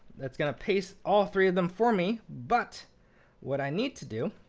that's going to paste all three of them for me. but what i need to do